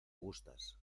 gustas